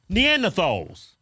Neanderthals